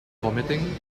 vomiting